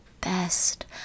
best